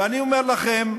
ואני אומר לכם,